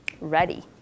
ready